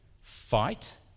Fight